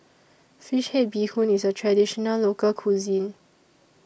Fish Head Bee Hoon IS A Traditional Local Cuisine